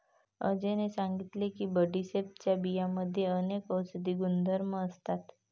अजयने सांगितले की बडीशेपच्या बियांमध्ये अनेक औषधी गुणधर्म असतात